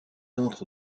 entrent